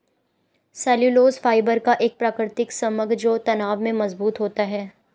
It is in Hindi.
सेल्यूलोज फाइबर का एक प्राकृतिक समग्र जो तनाव में मजबूत होता है